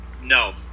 No